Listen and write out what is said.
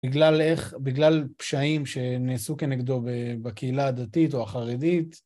בגלל פשעים שנעשו כנגדו בקהילה הדתית או החרדית.